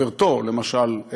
למשל,